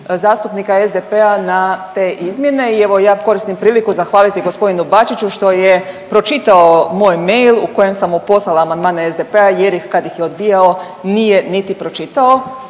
zastupnika SDP-a na te izmjene i evo ja koristim priliku zahvaliti g. Bačiću što je pročitao moj mail u kojem sam mu poslala amandmane SDP-a jer ih, kad ih je odbijao nije niti pročitao,